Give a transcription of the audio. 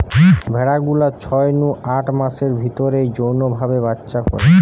ভেড়া গুলা ছয় নু আট মাসের ভিতরেই যৌন ভাবে বাচ্চা করে